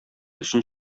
өчен